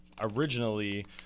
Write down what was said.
originally